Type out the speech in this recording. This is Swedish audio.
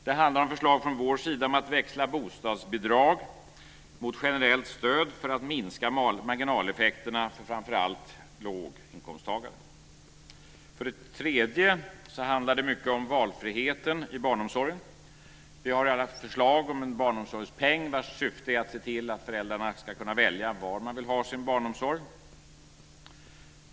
Det handlar om förslag från vår sida om att växla bostadsbidrag mot generellt stöd för att minska marginaleffekterna för framför allt låginkomsttagare. För det tredje handlar det mycket om valfriheten i barnomsorgen. Vi har lagt fram förslag om en barnomsorgspeng vars syfte är att se till att föräldrarna ska kunna välja var de vill ha sin barnomsorg.